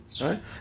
right